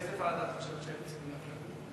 לאיזה ועדה את חושבת שהיינו צריכים,